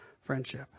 friendship